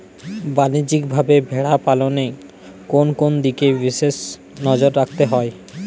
বাণিজ্যিকভাবে ভেড়া পালনে কোন কোন দিকে বিশেষ নজর রাখতে হয়?